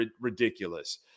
Ridiculous